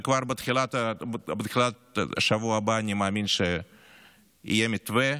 וכבר בתחילת השבוע הבא אני מאמין שיהיה מתווה.